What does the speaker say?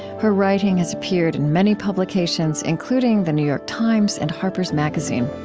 her writing has appeared in many publications, including the new york times and harper's magazine